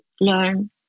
learn